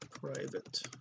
private